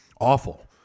awful